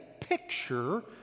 picture